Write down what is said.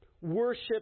worship